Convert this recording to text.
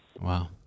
Wow